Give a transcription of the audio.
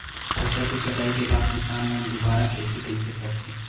फसल के कटाई के बाद किसान मन दुबारा खेती कइसे करथे?